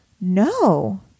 No